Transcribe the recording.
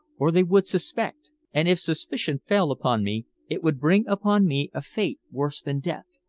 or they would suspect and if suspicion fell upon me it would bring upon me a fate worse than death.